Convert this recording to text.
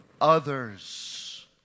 others